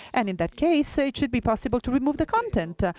and in that case, so it should be possible to remove the content. ah